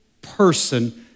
person